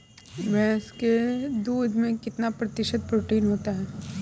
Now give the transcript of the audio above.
भैंस के दूध में कितना प्रतिशत प्रोटीन होता है?